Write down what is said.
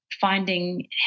finding